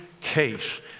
case